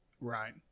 right